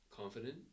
confident